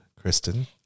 Kristen